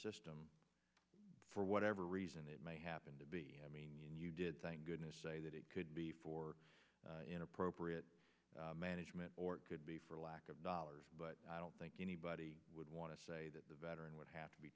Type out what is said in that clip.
system for whatever reason it may happen to be i mean you did thank goodness say that it could be for inappropriate management or it could be for lack of dollars but i don't think anybody would want to say that the veteran would have to be